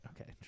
okay